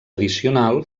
addicional